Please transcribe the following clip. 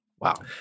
Wow